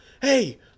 Hey